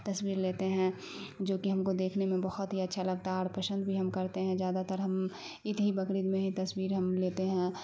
تصویر لیتے ہیں جوکہ ہم کو دیکھنے میں بہت ہی اچھا لگتا ہے اور پسند بھی ہم کرتے ہیں زیادہ تر ہم عید ہی بقرید میں ہی تصویر ہم لیتے ہیں